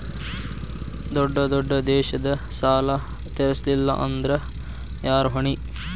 ದೊಡ್ಡ ದೊಡ್ಡ ದೇಶದ ಸಾಲಾ ತೇರಸ್ಲಿಲ್ಲಾಂದ್ರ ಯಾರ ಹೊಣಿ?